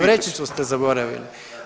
Vrećicu ste zaboravili.